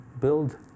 build